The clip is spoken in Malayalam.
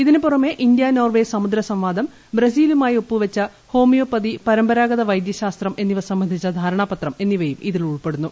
ഇതിനു പുറമെ ഇന്ത്യ നോർവെ സ്മുദ്ര സംവാദം ബ്രസീലുമായി ഒപ്പുവെച്ച ഹോമിയോപതി പ്രമ്പരാഗത വൈദ്യശാസ്ത്രം എന്നിവ സംബന്ധിച്ചു ധാരണിപ്പത്ം എന്നിവയും ഇതിൽ ഉൾപ്പെടുന്നു